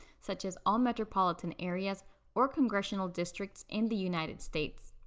such as all metropolitan areas or congressional districts in the united states.